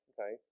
Okay